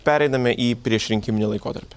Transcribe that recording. pereiname į priešrinkiminį laikotarpį